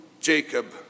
Jacob